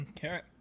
Carrot